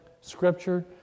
scripture